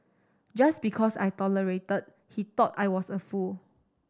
just because I tolerated he thought I was a fool